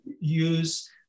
use